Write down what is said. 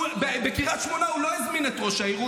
בקריית שמונה הוא לא הזמין את ראש העיר,